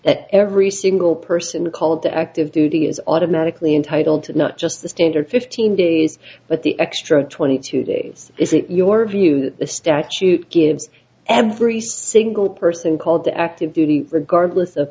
that every single person called to active duty is automatically entitled to not just the standard fifteen days but the extra twenty two days is it your view that the statute gives every single person called to active duty regardless of